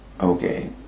Okay